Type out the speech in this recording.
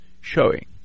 showing